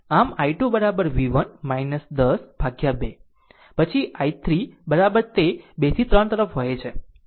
આમ i2 v1 10 upon 2 પછી i3 i3 તે 2 થી 3 તરફ વહે છે